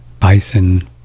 bison